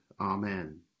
Amen